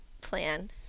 plan